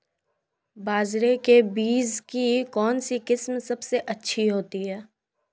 बाजरे के बीज की कौनसी किस्म सबसे अच्छी होती है?